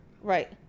Right